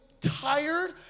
tired